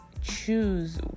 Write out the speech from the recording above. choose